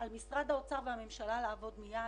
על משרד האוצר והממשלה לעבוד מייד,